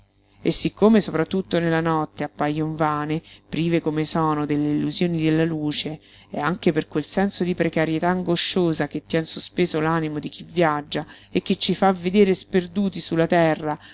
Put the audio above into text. e siccome sopra tutto nella notte appajon vane prive come sono delle illusioni della luce e anche per quel senso di precarietà angosciosa che tien sospeso l'animo di chi viaggia e che ci fa vedere sperduti su la terra